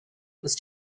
was